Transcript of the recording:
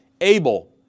Abel